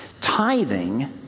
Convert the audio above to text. Tithing